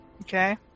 Okay